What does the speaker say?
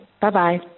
Bye-bye